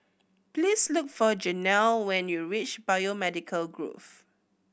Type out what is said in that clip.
please look for Janel when you reach Biomedical Grove